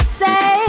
say